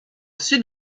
sud